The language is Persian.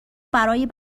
برای